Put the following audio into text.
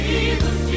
Jesus